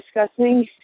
discussing